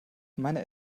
meine